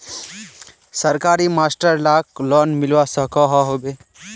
सरकारी मास्टर लाक लोन मिलवा सकोहो होबे?